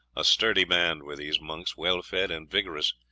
a sturdy band were these monks, well fed and vigorous.